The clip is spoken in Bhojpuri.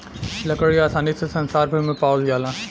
लकड़ी आसानी से संसार भर में पावाल जाला